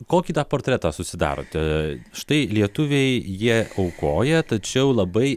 kokį tą portretą susidarote štai lietuviai jie aukoja tačiau labai